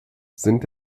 sind